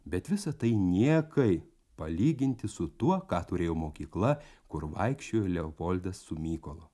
bet visa tai niekai palyginti su tuo ką turėjo mokykla kur vaikščiojo leopoldas su mykolu